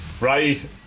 Right